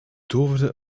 toverde